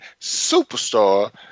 superstar